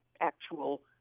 actual